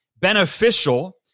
beneficial